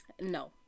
No